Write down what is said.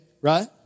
right